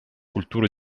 культуру